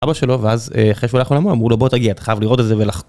אבא שלו ואז, אחרי שהוא הלך לעולמו, אמרו לו בוא תגיע, אתה חייב לראות את זה